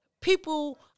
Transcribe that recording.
people